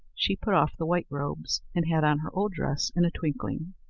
she put off the white robes, and had on her old dress in a twinkling.